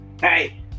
Hey